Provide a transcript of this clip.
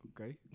okay